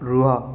ରୁହ